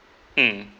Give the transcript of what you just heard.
mm